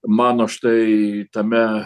mano štai tame